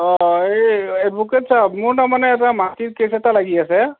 অঁ এই মুকুট ছাৰ মোৰ তাৰমানে এটা মাটিৰ কেচ এটা লাগি আছে